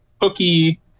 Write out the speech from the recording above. hooky